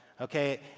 Okay